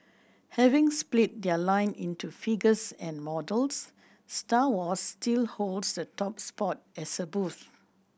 having split their line into figures and models Star Wars still holds the top spot as a booth